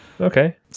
okay